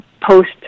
post